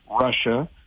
Russia